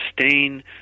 sustain